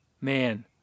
Man